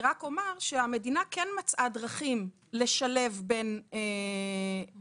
המדינה כן מצאה דרכים לשלב בין משרדים,